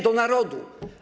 Do narodu.